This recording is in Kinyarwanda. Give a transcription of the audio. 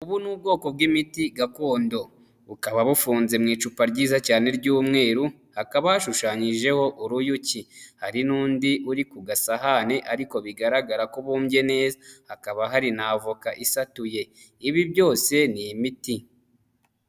Ubu ni ubwoko bw'imiti gakondo bukaba bufunze mu icupa ryiza cyane ry'umweru hakaba hashushanyijeho uruyuki, hari n'undi uri ku gasahani ariko bigaragara ko ubumbye neza hakaba hari n'avoka isatuye ibi byose ni imiti.